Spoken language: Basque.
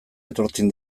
etortzen